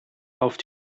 auf